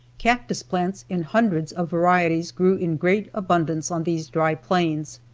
cactus plants in hundreds of varieties grew in great abundance on these dry plains.